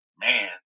man